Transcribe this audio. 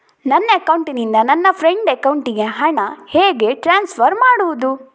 ನನ್ನ ಅಕೌಂಟಿನಿಂದ ನನ್ನ ಫ್ರೆಂಡ್ ಅಕೌಂಟಿಗೆ ಹಣ ಹೇಗೆ ಟ್ರಾನ್ಸ್ಫರ್ ಮಾಡುವುದು?